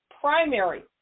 primary